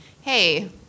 hey